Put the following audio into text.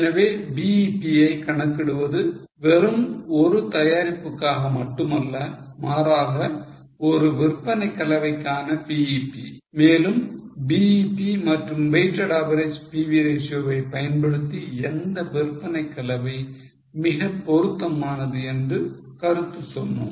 எனவே BEP யை கணக்கிடுவது வெறும் ஒரு தயாரிப்புக்காக மட்டுமல்ல மாறாக ஒரு விற்பனை கலவைக்கான BEP மேலும் BEP மற்றும் weighted average PV ratio வை பயன்படுத்தி எந்த விற்பனை கலவை மிகப் பொருத்தமானது என்று கருத்து சொன்னோம்